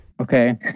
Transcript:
Okay